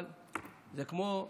אבל זה כמו בהורה,